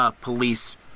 police